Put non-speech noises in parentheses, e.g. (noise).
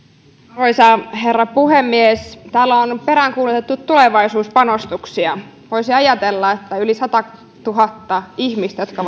arvoisa herra puhemies täällä on peräänkuulutettu tulevaisuuspanostuksia voisi ajatella että yli satatuhatta ihmistä jotka (unintelligible)